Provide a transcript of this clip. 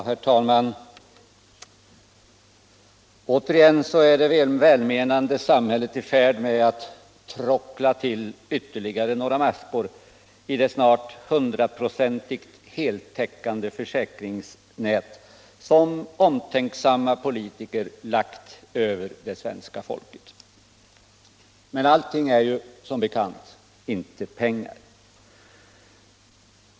Herr talman! Återigen är det välmenande samhället i färd med att tråckla till ytterligare några maskor i det snart hundraprocentigt heltäckande försäkringsnät som omtänksamma politiker lagt över det svenska folket. Men allting är som bekant inte pengar.